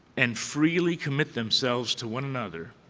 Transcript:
and freely commit themselves to one another,